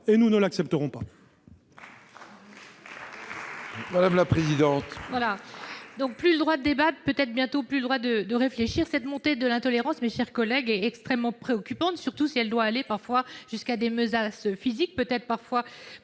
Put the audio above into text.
et nous ne l'accepterons pas